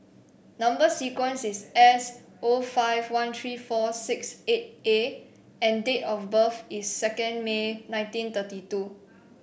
number sequence is S O five one three four six eight A and date of birth is second May nineteen thirty two